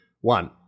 one